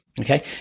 okay